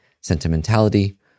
sentimentality